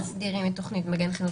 לא מסדירים את תוכנית מגן חינוך,